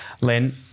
len